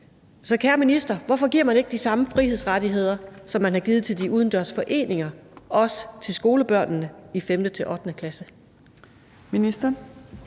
Så kære minister, hvorfor giver man ikke de samme frihedsrettigheder, som man har givet til de udendørs foreninger, til skolebørnene i 5.-8. klasse?